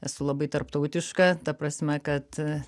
esu labai tarptautiška ta prasme kad